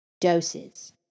doses